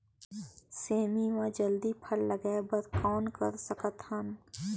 सेमी म जल्दी फल लगाय बर कौन कर सकत हन?